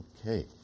okay